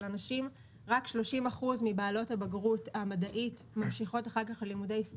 רק 30% מבעלות הבגרות המדעית ממשיכות אחר כך ללימודי STEM,